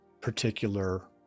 particular